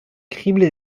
criblé